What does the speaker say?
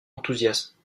enthousiasme